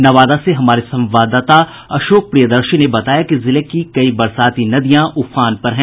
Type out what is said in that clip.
नवादा से हमारे संवाददाता अशोक प्रियदर्शी ने बताया कि जिले की कई बरसाती नदियां उफान पर हैं